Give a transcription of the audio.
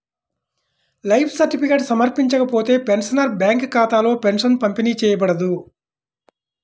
life certificate సమర్పించకపోతే, pensioner bank ఖాతాలో pension పంపిణీ చేయబడదు